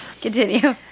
continue